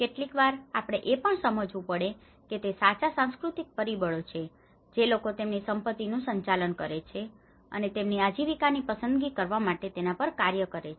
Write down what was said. કેટલીકવાર આપણે એ પણ સમજવું પડે છે કે તે સાચા સાંસ્કૃતિક પરિબળો છે જે લોકો તેમની સંપત્તિનું સંચાલન કરે છે અને તેમની આજીવિકાની પસંદગી કરવા માટે તેના પર કાર્ય કરે છે